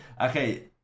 okay